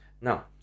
Now